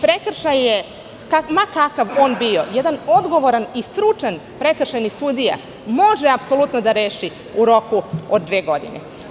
Prekršaj, ma kakav on bio, jedan odgovoran i stručan prekršajni sudija može apsolutno da reši u roku od dve godine.